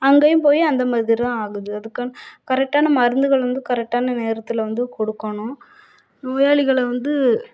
அங்கேயும் போய் அந்த மாதிரி தான் ஆகுதுஅதுக்காக கரெக்டான மருந்துகள் வந்து கரெக்டான நேரத்தில் வந்து கொடுக்கணும் நோயாளிகளை வந்து